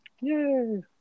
Yay